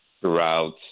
throughout